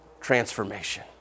transformation